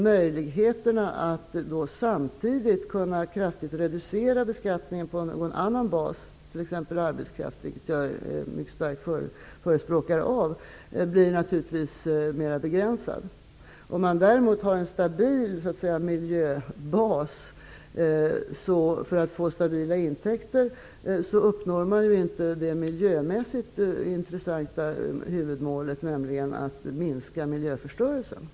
Möjligheten att samtidigt kraftigt kunna reducera beskattningen på någon annan bas, t.ex. arbetskraft, vilket jag mycket starkt förespråkar, blir naturligtvis mera begränsad. Om man däremot har en stabil miljöbas för att få stabila intäkter, uppnår man inte det miljömässigt intressanta huvudmålet, nämligen att minska miljöförstörelsen.